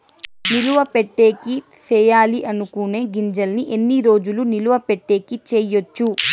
నిలువ పెట్టేకి సేయాలి అనుకునే గింజల్ని ఎన్ని రోజులు నిలువ పెట్టేకి చేయొచ్చు